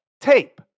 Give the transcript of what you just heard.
tape